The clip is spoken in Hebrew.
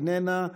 איננה.